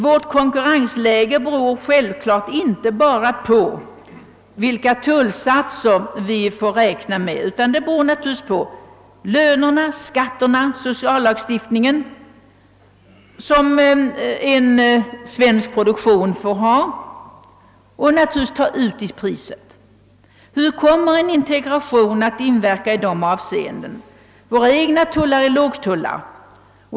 Vårt konkurrensläge beror inte bara på vilka tullsatser vi kan räkna med utan också på lönerna och skatterna samt den sociallagstiftning som måste tillämpas inom produktionen och tas ut i priserna. Hur kommer en integration att inverka i de avseendena? Våra egna tullar är lågtullar.